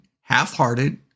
half-hearted